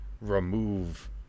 remove